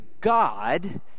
God